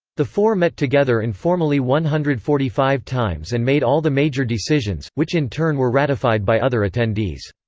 the four met together informally one hundred and forty five times and made all the major decisions, which in turn were ratified by other attendees.